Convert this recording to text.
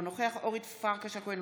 אינו נוכח אורית פרקש הכהן,